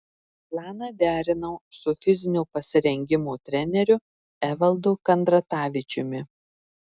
planą derinau su fizinio pasirengimo treneriu evaldu kandratavičiumi